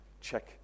Check